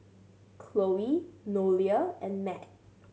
Chloe Nolia and Matt